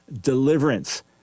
deliverance